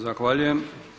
Zahvaljujem.